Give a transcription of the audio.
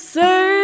say